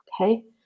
Okay